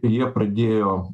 ir ir jie pradėjo